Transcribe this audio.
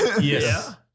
Yes